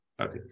Okay